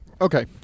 okay